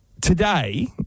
Today